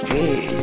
Hey